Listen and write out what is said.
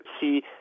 see